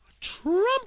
Trump